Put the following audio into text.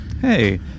hey